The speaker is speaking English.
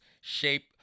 shape